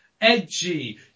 edgy